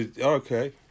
Okay